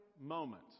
moment